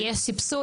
יש סבסוד?